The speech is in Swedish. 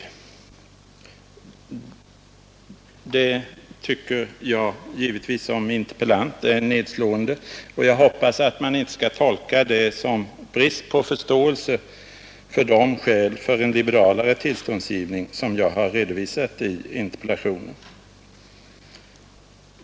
Som interpellant tycker jag givetvis det är nedslående, och jag hoppas att det inte skall tolkas som brist på förståelse för de skäl för en liberalare tillståndsgivning, som jag har redovisat i interpellationen.